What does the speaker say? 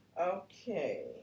Okay